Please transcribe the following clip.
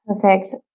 Perfect